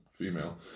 Female